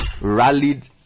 rallied